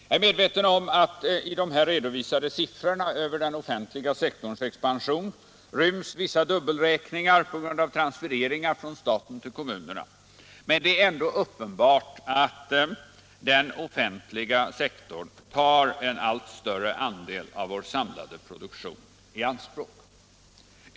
Jag är medveten om att i de här redovisade siffrorna över den offentliga sektorns expansion ryms vissa dubbelräkningar på grund av transfereringar från staten till kommunerna, men det är ändå uppenbart att den offentliga sektorn tar en allt större andel av vår samlade produktion i anspråk.